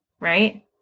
right